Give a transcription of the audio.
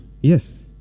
Yes